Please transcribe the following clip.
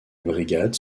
brigade